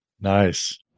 Nice